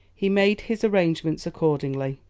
he made his arrangements accordingly,